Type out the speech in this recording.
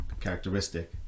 characteristic